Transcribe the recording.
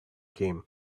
game